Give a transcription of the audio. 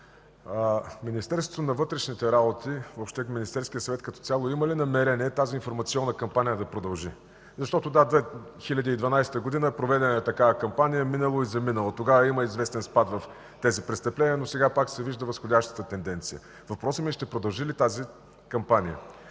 Министерството на вътрешните работи, въобще Министерският съвет като цяло има ли намерение тази информационна кампания да продължи? Да, през 2012 г. е проведена такава кампания, минало и заминало. Тогава има известен спад на тези престъпления, но сега пак се вижда възходящата тенденция. Въпросът ми е: ще продължи ли тази кампания?